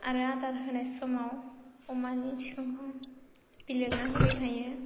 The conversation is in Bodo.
आरो आदार होनाय समाव अमानि बिखुंखौ बिलिरना होबाय थायो